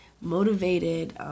motivated –